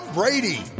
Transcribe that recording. Brady